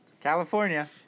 California